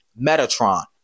Metatron